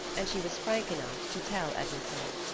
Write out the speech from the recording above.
and she was frank enough to tell edna so.